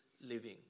living